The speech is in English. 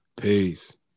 Peace